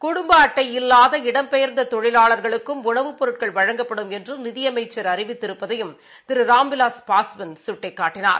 குடும்பஅட்ட இல்லாத இடம்பெயா்ந்ததொழிவாளா்களுக்கும் உணவுப் பொருட்கள் வழங்கப்படும் என்றுநிதிஅமைச்சர் அறிவித்திருப்பதையும் திருராம்விலாஸ் பாஸ்வான் சுட்டிக்காட்டினார்